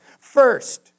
first